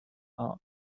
art